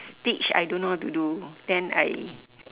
stitch I don't know how to do then I